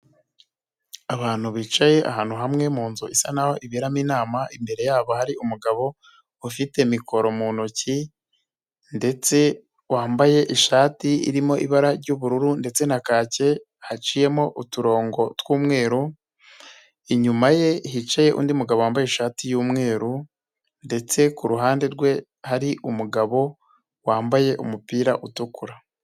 Abantu bicaye ahantu hamwe mu nzu isa naho iberamo inama, imbere yabo hari umugabo ufite mikoro mu ntoki ndetse wambaye ishati irimo ibara ry'ubururu ndetse na kake haciyemo uturongo tw'umweru, inyuma ye hicaye undi mugabo wambaye ishati y'umweru ndetse ku ruhande rwe hari umugabo wambaye umupira utukura.